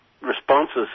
responses